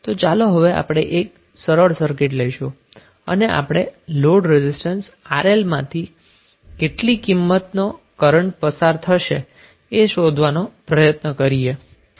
તો ચાલો હવે આપણે એક સરળ સર્કિટ લઈશું અને આપણે લોડ રેઝિસ્ટન્સ RL માંથી કેટલી કિંમતનો કરન્ટ પસાર થશે એ શોધવાનો પ્રયત્ન કરીએ